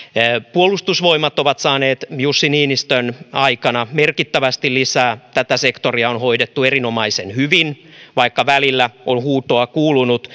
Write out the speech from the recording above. puolustusvoimat on saanut jussi niinistön aikana merkittävästi lisää tätä sektoria on hoidettu erinomaisen hyvin vaikka välillä on huutoa kuulunut